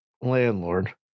landlord